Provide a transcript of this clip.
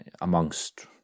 amongst